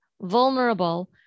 vulnerable